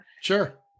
sure